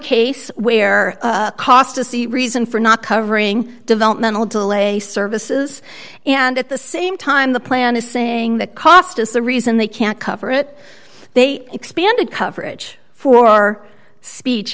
case where cost is the reason for not covering developmental delays services and at the same time the plan is saying that cost is the reason they can't cover it they expanded coverage for speech